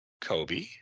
Kobe